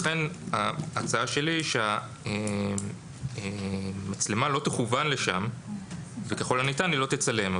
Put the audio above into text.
לכן ההצעה שלי היא שהמצלמה לא תכוון לשם וככל הניתן היא לא תצלם,